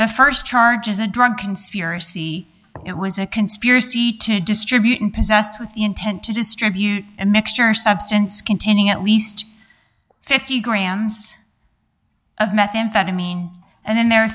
the st charges a drug conspiracy it was a conspiracy to distribute and possessed with the intent to distribute a mixture substance containing at least fifty grams of methamphetamine and then there are